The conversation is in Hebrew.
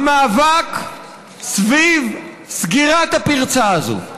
המאבק סביב סגירת הפרצה הזאת,